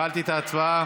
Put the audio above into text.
הפעלתי את ההצבעה.